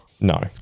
No